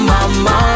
Mama